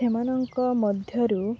ସେମାନଙ୍କ ମଧ୍ୟରୁ